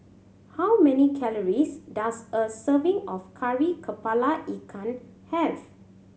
how many calories does a serving of Kari Kepala Ikan have